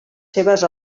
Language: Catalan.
seves